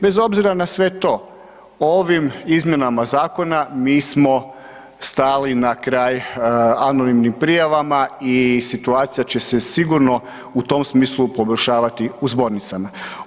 Bez obzira na sve to, ovim izmjenama zakona, mi smo stali na kraj anonimnim prijavama i situacija će se sigurno u tom smislu poboljšavati u zbornicama.